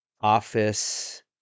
office